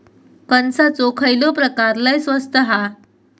कणसाचो खयलो प्रकार लय स्वस्त हा?